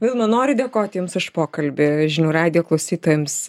vilma noriu dėkot jums už pokalbį žinių radijo klausytojams